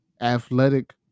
athletic